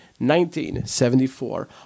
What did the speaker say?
1974